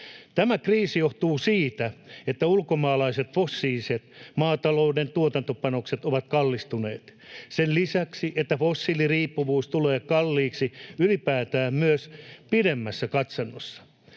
Tämä kriisi johtuu siitä, että ulkomaalaiset fossiiliset maatalouden tuotantopanokset ovat kallistuneet, sen lisäksi, että fossiiliriippuvuus tulee kalliiksi ylipäätään myös pidemmässä katsannossa.